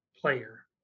player